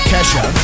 Kesha